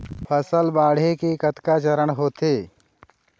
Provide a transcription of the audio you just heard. फसल बाढ़े के कतका चरण होथे?